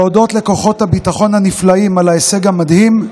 להודות לכוחות הביטחון הנפלאים על ההישג המדהים,